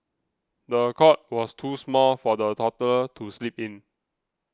the cot was too small for the toddler to sleep in